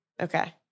okay